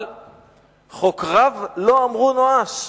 אבל חוקריו לא אמרו נואש,